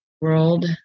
world